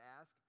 ask